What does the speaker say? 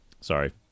Sorry